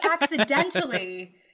accidentally